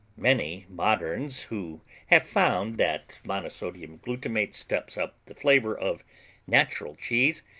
many moderns who have found that monosodium glutamate steps up the flavor of natural cheese,